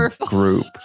group